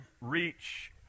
reach